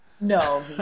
No